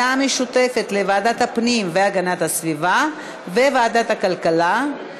לוועדת הכספים להכנה לקריאה שנייה ושלישית.